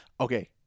Okay